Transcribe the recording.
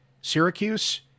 Syracuse